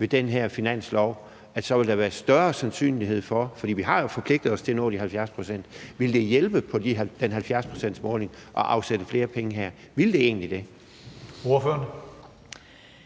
i den her finanslov så vil være større sandsynlighed for at nå det? For vi har jo forpligtet os til at nå de 70 pct. Ville det hjælpe på den 70-procentsmålsætning at afsætte flere penge her? Ville det egentlig det?